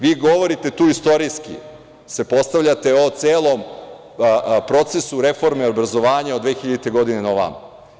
Vi govorite tu istorijski, se postavljate o celom procesu reforme obrazovanja od 2000. godine na ovamo.